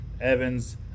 Evans